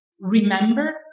remember